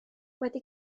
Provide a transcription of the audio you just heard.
wedi